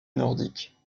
nordiques